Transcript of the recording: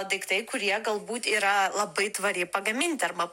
daiktai kurie galbūt yra labai tvariai pagaminti arba